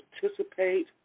participate